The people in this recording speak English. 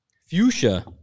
Fuchsia